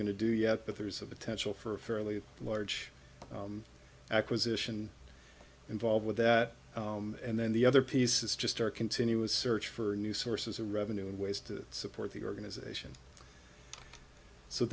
going to do yet but there's a potential for a fairly large acquisition involved with that and then the other piece is just our continuous search for new sources of revenue and ways to support the organisation so